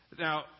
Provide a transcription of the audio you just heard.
Now